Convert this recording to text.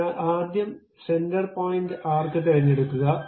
അതിനാൽ ആദ്യം centre point arc തിരഞ്ഞെടുക്കുക